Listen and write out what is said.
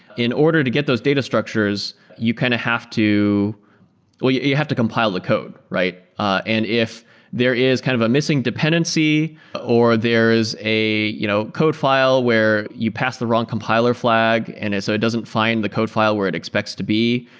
in order to get those data structures, you kind of have to well, you you have to compile the code, right? and if there is kind of a missing dependency or there is a you know code file where you pass the wrong compiler flag and so it doesn't find the code file where it expects to be.